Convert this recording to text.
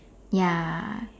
ya